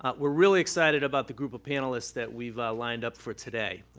ah we're really excited about the group of panelists that we've lined up for today.